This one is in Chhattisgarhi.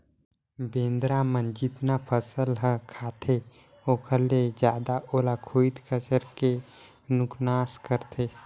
बेंदरा मन जेतना फसल ह खाते ओखर ले जादा ओला खुईद कचर के नुकनास करथे